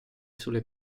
sulle